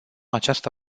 această